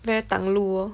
very 挡路 lor